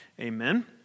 Amen